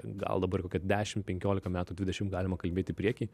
gal dabar kokia dešim penkiolika metų dvidešim galima kalbėti į priekį